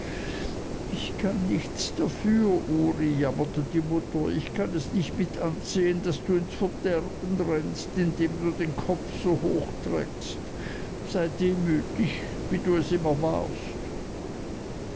ich kann nichts dafür ury jammerte die mutter ich kann es nicht mitansehen daß du ins verderben rennst indem du den kopf so hoch trägst sei demütig wie du es immer warst